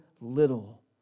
little